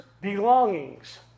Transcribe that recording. Belongings